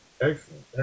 Excellent